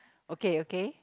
okay okay